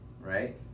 right